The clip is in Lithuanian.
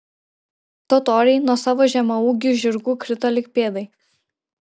totoriai nuo savo žemaūgių žirgų krito lyg pėdai